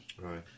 Right